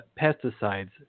pesticides